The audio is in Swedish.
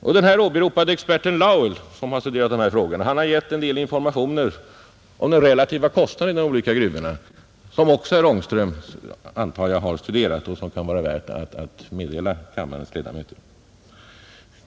Och den här åberopade experten Lowell, som har studerat de här frågorna, har gett en del informationer om den relativa kostnaden inom de olika gruvorna som också herr Ångström, antar jag, har studerat och som det kan vara värt att meddela kammarens ledamöter.